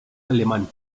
alemán